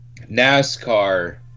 NASCAR